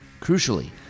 Crucially